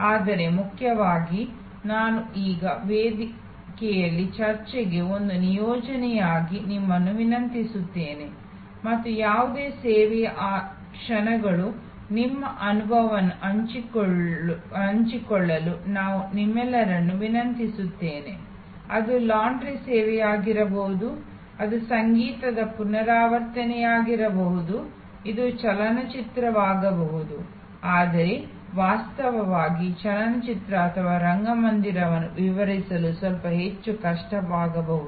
ಆದರೆ ಮುಖ್ಯವಾಗಿ ನಾನು ಈಗ ವೇದಿಕೆಯಲ್ಲಿ ಚರ್ಚೆಗೆ ಒಂದು ನಿಯೋಜನೆಯಾಗಿ ನಿಮ್ಮನ್ನು ವಿನಂತಿಸುತ್ತೇನೆ ಮತ್ತು ಯಾವುದೇ ಸೇವೆಯ ಆ ಕ್ಷಣಗಳ ನಿಮ್ಮ ಅನುಭವಗಳನ್ನು ಹಂಚಿಕೊಳ್ಳಲು ನಾನು ನಿಮ್ಮೆಲ್ಲರನ್ನೂ ವಿನಂತಿಸುತ್ತೇನೆ ಅದು ಧೋಬಿಖಾನೆ ಸೇವೆಯಾಗಿರಬಹುದು ಅದು ಸಂಗೀತದ ಪುನರಾವರ್ತನೆಯಾಗಿರಬಹುದು ಇದು ಚಲನಚಿತ್ರವಾಗಬಹುದು ಆದರೆ ವಾಸ್ತವವಾಗಿ ಚಲನಚಿತ್ರ ಅಥವಾ ರಂಗಮಂದಿರವನ್ನು ವಿವರಿಸಲು ಸ್ವಲ್ಪ ಹೆಚ್ಚು ಕಷ್ಟವಾಗಬಹುದು